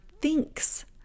thinks